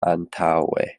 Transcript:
antaŭe